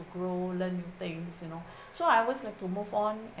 grow learn new things you know so I always like to move on